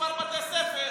מספר בתי ספר.